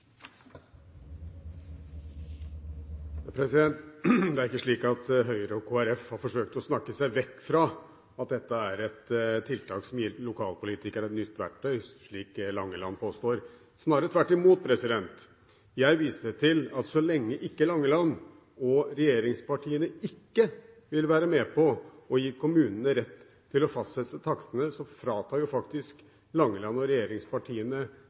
Det er ikke slik at Høyre og Kristelig Folkeparti har forsøkt å snakke seg vekk fra at dette er et tiltak som gir lokalpolitikerne et nytt verktøy, slik Langeland påstår. Snarere tvert imot – jeg viser til at så lenge Langeland og regjeringspartiene ikke vil være med på å gi kommunene rett til å fastsette takstene, fratar jo faktisk